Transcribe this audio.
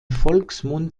volksmund